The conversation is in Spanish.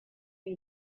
del